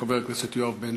חבר הכנסת יואב בן